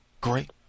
Great